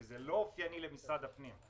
כי זה לא אופייני למשרד הפנים,